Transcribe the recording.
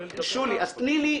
שולי, תני לי.